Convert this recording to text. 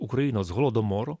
ukrainos holodomoro